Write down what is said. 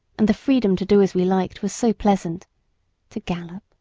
and the freedom to do as we liked was so pleasant to gallop,